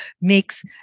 makes